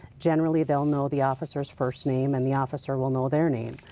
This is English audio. generally they will know the officer's first name and the officer will know their name.